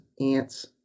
ants